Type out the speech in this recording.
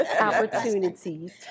opportunities